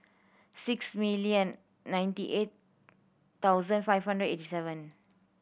six million ninety eight thousand five hundred and eighty seven